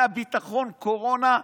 הביטחון, קורונה,